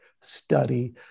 Study